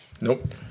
Nope